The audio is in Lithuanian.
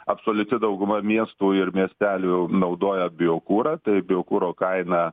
absoliuti dauguma miestų ir miestelių jau naudoja biokurą tai biokuro kaina